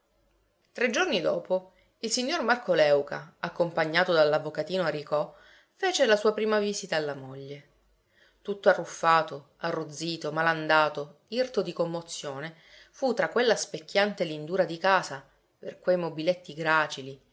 tre giorni dopo il signor marco léuca accompagnato dall'avvocatino aricò fece la sua prima visita alla moglie tutto arruffato arrozzito malandato irto di commozione fu tra quella specchiante lindura di casa per quei mobiletti gracili